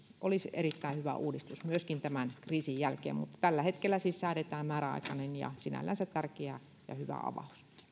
olisi erittäin hyvä uudistus myöskin tämän kriisin jälkeen mutta tällä hetkellä siis säädetään määräaikainen ja sinällänsä tärkeä ja hyvä avaus